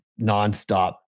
nonstop